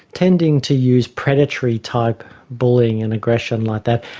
tending to use predatory type bullying and aggression like that,